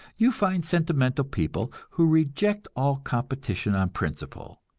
you find sentimental people who reject all competition on principle,